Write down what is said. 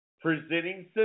presenting